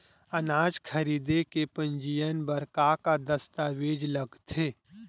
अनाज खरीदे के पंजीयन बर का का दस्तावेज लगथे?